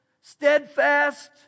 steadfast